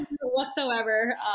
whatsoever